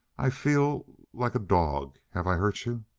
i feel like a dog. have i hurt you?